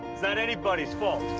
it's not anybody's fault.